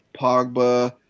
Pogba